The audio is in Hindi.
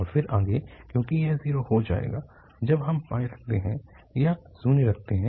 और फिर आगे क्योंकि यह 0 हो जाएगा जब हम रखते हैं या शून्य रखते हैं